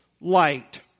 light